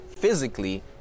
physically